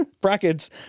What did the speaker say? Brackets